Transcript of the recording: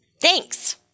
Thanks